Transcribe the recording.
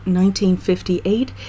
1958